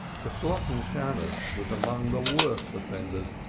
the shalotten shammos was among the worst offenders,